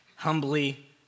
Humbly